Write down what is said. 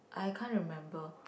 I can't remember